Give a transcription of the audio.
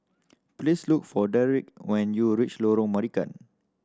please look for Derek when you reach Lorong Marican